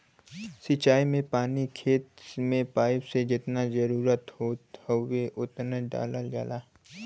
सिंचाई में पानी खेत में पाइप से जेतना जरुरत होत हउवे ओतना डालल जाला